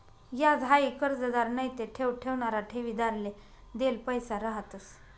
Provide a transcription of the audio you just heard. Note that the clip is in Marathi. याज हाई कर्जदार नैते ठेव ठेवणारा ठेवीदारले देल पैसा रहातंस